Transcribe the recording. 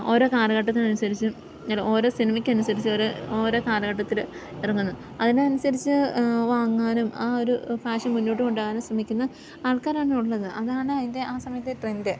ഓരോ കാലഘട്ടത്തിനനുസരിച്ചും അല്ല ഓരോ സിനിമയ്ക്കനുസരിച്ച് ഓരോ ഓരോ കാലഘട്ടത്തിൽ ഇറങ്ങുന്നു അതിനനുസരിച്ച് വാങ്ങാനും ആ ഒരു ഫാഷൻ മുന്നോട്ട് കൊണ്ടുപോകാനും ശ്രമിക്കുന്ന ആൾക്കാരാണ് ഉള്ളത് അതാണ് അതിൻ്റെ ആ സമയത്തെ ട്രെൻറ്റ്